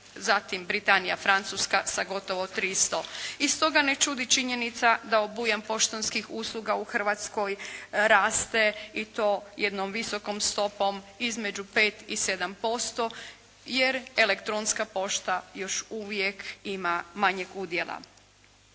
zatim Britanija, Francuska sa gotovo 300. I stoga ne čudi činjenica da obujam poštanskih usluga u Hrvatskoj raste i to jednom visokom stopom, između 5 i 7%, jer elektronska pošta još uvijek ima manjeg udjela.